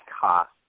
cost